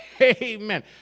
amen